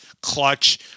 clutch